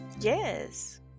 Yes